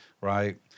right